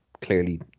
clearly